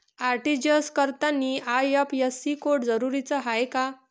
RTGS करतांनी IFSC code जरुरीचा हाय का?